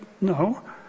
no